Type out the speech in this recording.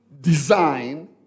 design